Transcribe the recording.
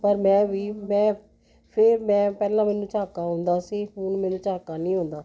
ਪਰ ਮੈਂ ਵੀ ਮੈਂ ਫਿਰ ਮੈਂ ਪਹਿਲਾਂ ਮੈਨੂੰ ਝਾਕਾ ਹੁੰਦਾ ਸੀ ਹੁਣ ਮੈਨੂੰ ਝਾਕਾ ਨਹੀਂ ਹੁੰਦਾ